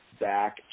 back